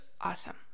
awesome